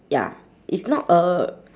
ya it's not a